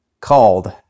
called